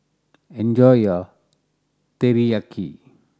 enjoy your Teriyaki